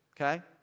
Okay